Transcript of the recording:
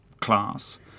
class